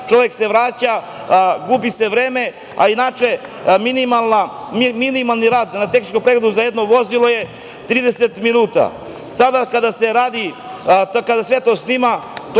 čovek se vraća, gubi se vreme. Inače, minimalni rad na tehničkom pregledu za jedno vozilo je 30 minuta. Sada kada se radi, kada se sve snima,